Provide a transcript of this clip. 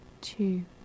two